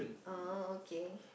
uh okay